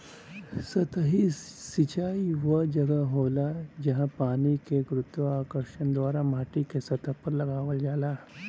सतही सिंचाई वह जगह होला, जहाँ पानी के गुरुत्वाकर्षण द्वारा माटीके सतह पर लगावल जाला